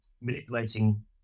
manipulating